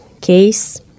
case